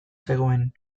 zegoen